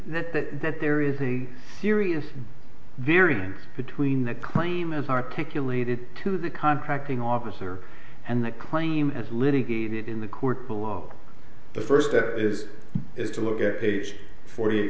that that that there is a serious variance between that claim as articulated to the contracting officer and the claim as litigated in the court below the first step is to look at page forty eight